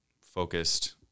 focused